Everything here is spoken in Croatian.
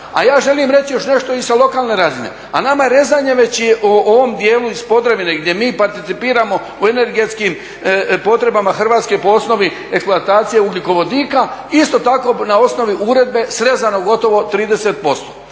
A ja želim reći još nešto i sa lokalne razine, a nama je rezanje već i u ovom dijelu iz Podravine gdje mi participiramo u energetskim potrebama Hrvatske po osnovi … ugljikovodika, isto tako na osnovi uredbe srezano gotovo 30%